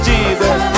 Jesus